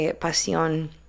pasión